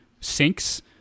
sinks